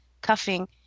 cuffing